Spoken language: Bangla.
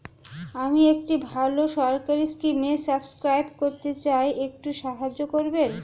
আমি একটি ভালো সরকারি স্কিমে সাব্সক্রাইব করতে চাই, একটু সাহায্য করবেন?